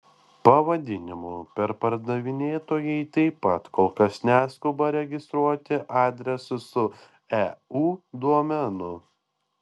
pavadinimų perpardavinėtojai taip pat kol kas neskuba registruoti adresų su eu domenu